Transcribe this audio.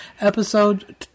episode